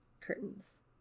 curtains